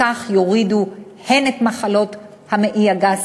יורידו את התחלואה הן במחלות המעי הגס,